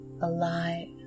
alive